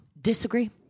Disagree